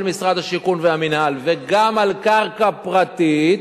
משרד השיכון והמינהל וגם על קרקע פרטית